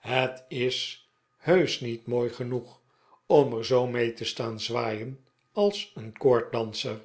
het is heusch niet mooi genoeg om er zoo mee te staan zwaaien als een koorddanser